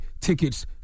tickets